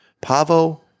Pavo